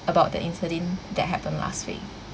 about the incident that happened last week